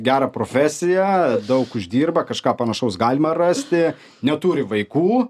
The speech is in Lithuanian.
gerą profesiją daug uždirba kažką panašaus galima rasti neturi vaikų